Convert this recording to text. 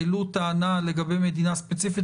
העלו טענה לגבי מדינה ספציפית,